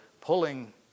pulling